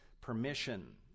permission